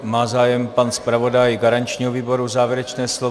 Má zájem pan zpravodaj garančního výboru o závěrečné slovo?